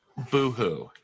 Boohoo